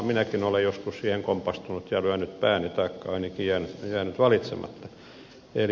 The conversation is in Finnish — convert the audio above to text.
minäkin olen joskus siihen kompastunut ja lyönyt pääni taikka ainakin jäänyt valitsematta